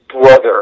brother